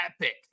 Epic